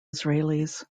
israelis